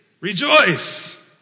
rejoice